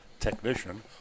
Technician